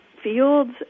fields